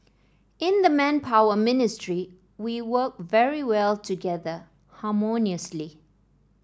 in the Manpower Ministry we work very well together harmoniously